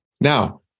Now